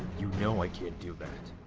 you know i can't do that.